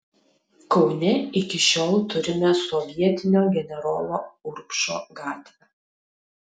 kaune iki šiol turime sovietinio generolo urbšo gatvę